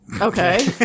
Okay